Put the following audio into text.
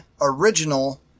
Original